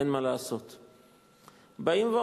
אין מה לעשות.